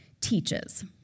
teaches